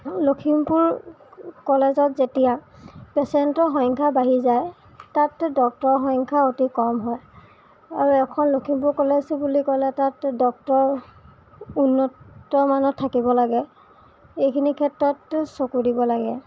লখিমপুৰ কলেজত যেতিয়া পেচেণ্টৰ সংখ্য়া বাঢ়ি যায় তাত ডক্টৰৰ সংখ্য়া অতি কম হয় আৰু এখন লখিমপুৰ কলেজ বুলি ক'লে তাত ডক্টৰ উন্নতমানৰ থাকিব লাগে এইখিনি ক্ষেত্ৰত চকু দিব লাগে